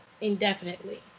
indefinitely